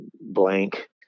blank